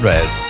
Red